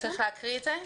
צריך להקריא את זה?